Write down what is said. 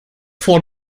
vor